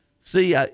see